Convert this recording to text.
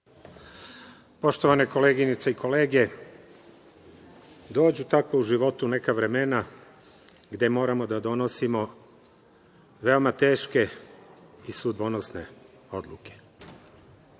Poštovane koleginice i kolege, dođu tako u životu neka vremena gde moramo da donosimo veoma teške i sudbonosne odluke